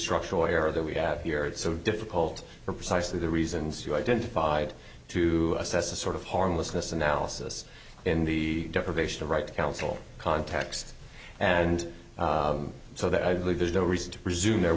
structural error that we have here it's so difficult for precisely the reasons you identified to assess a sort of harmlessness analysis in the deprivation of right to counsel context and so that i believe there's no reason to presume there